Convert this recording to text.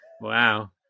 Wow